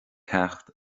ceacht